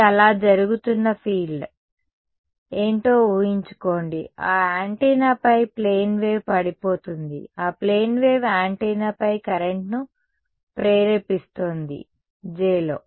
ఇది అలా జరుగుతున్న ఫీల్డ్ ఏంటో ఊహించుకోండి ఆ యాంటెన్నాపై ప్లేన్ వేవ్ పడిపోతుంది ఆ ప్లేన్ వేవ్ యాంటెన్నాపై కరెంట్ను ప్రేరేపిస్తోంది J లో